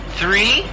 three